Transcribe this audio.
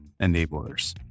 enablers